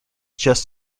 just